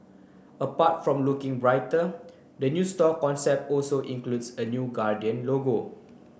apart from looking brighter the new store concept also includes a new Guardian logo